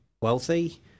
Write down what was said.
wealthy